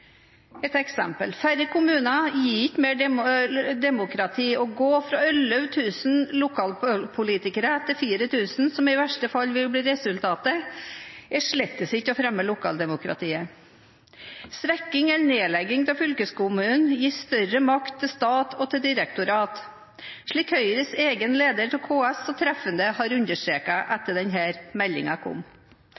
gå fra 11 000 lokalpolitikere til 4 000, som i verste fall vil bli resultatet, er slett ikke å fremme lokaldemokratiet. Svekking eller nedlegging av fylkeskommunene gir større makt til stat og direktorat, slik Høyres egen leder av KS så treffende har understreket etter at denne meldingen kom.